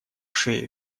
шее